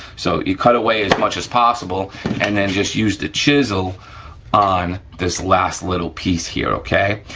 so you cut away as much as possible and then just use the chisel on this last little piece here, okay?